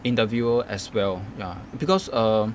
interviewer as well ya because err